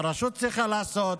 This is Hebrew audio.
שהרשות צריכה לעשות,